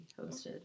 hosted